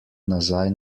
nazaj